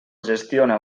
gestiona